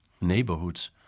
neighborhoods